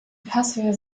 passhöhe